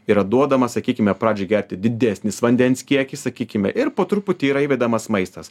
yra duodamas sakykime pradžioj gerti didesnis vandens kiekis sakykime ir po truputį yra įvedamas maistas